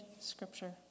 scripture